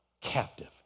captive